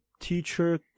teacher